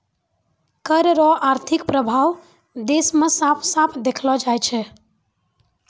कर रो आर्थिक प्रभाब देस मे साफ साफ देखलो जाय छै